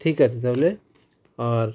ঠিক আছে তাহলে আর